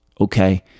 Okay